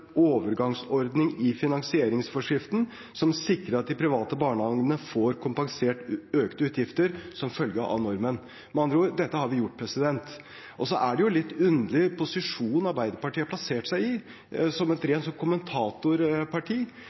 overgangsordning i finansieringsforskriften som sikrer at de private barnehagene får kompensert økte utgifter som følge av normen. Med andre ord: Dette har vi gjort. Det er en litt underlig posisjon Arbeiderpartiet har plassert seg i, som et rent kommentatorparti,